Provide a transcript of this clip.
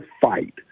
fight